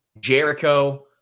Jericho